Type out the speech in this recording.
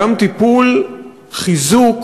גם טיפול, חיזוק,